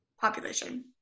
population